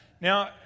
Now